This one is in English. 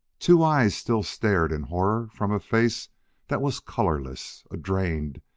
two eyes still stared in horror from a face that was colorless a drained,